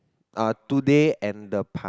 ah today and the park